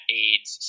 aids